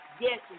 Yes